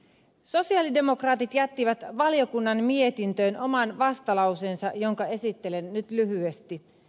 sosialidemokraatit jättivät valiokunnan mietintöön oman vastalauseensa jonka esittelen nyt lyhyesti